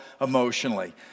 emotionally